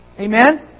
Amen